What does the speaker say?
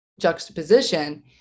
juxtaposition